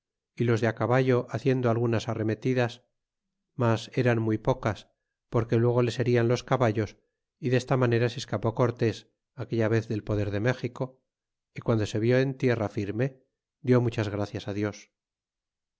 y los de caballo ha ciendo algunas arremetidas mas eran muy ocas porque luego les urjan los caballos y leste manera se escapé cortés aquella vez del poder de méxico y guando se viú en tierra firme di muchas gracias dios